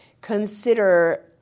consider